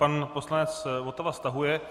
Pan poslanec Votava stahuje.